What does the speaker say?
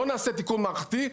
אם לא נעשה תיקון מערכתי,